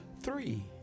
three